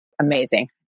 amazing